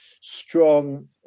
strong